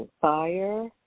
fire